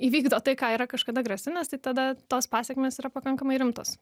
įvykdo tai ką yra kažkada grasinęs tai tada tos pasekmės yra pakankamai rimtos